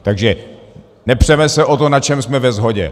Takže nepřeme se o to, na čem jsme ve shodě.